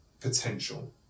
potential